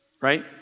right